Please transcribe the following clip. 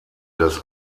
des